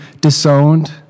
disowned